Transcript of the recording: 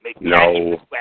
No